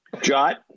Jot